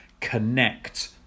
connect